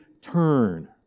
turn